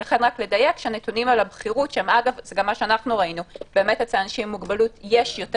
גם אנחנו ראינו שאצל אנשים עם מוגבלות יש יותר